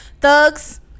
thugs